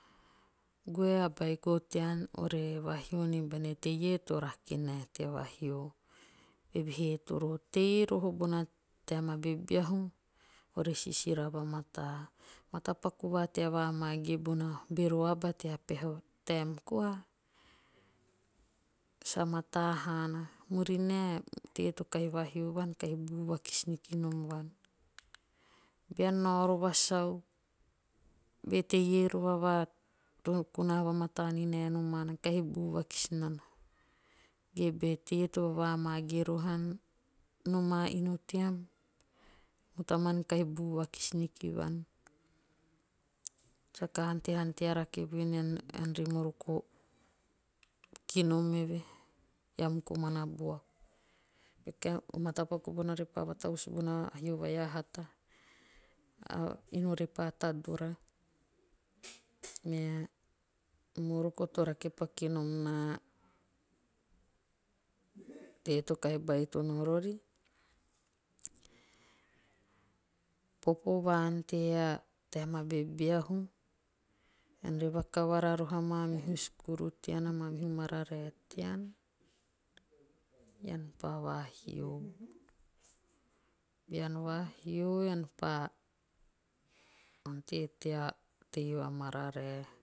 Goe a beiko tean ore vahio nibene teie to rake nae tea vahio. Eve he toro roho bona taem vai a bebeahu. ore sisira vamataa. Matapaku va tea vamage bona bero aba tea peha taem koa. sa mataa haana. Murinae. eteie kahivahio vuan kahi buu vakis nikinom vuan. Bean nao rova sau. be teie rova va kona vamataa ni nae noma nana. kahi buu vakis nana. Ge be teie to vavamage rohan nomaa inu team. mutanan kahi buu ai ean re moroko kinom eve eam komana buaku. O kae o matapaku bona repa vatavus bona hio vai a hata. a inu repa tadora. Me moroko to rake paku kinom naa e teie to kahi baitono rori. popo va ante a taem a bebeahu. ean re vakovara roho amaamihu skuru tean. amaamihu mararae tean ean pa vohio. Bean vahio ean pa ante tea tei va mararae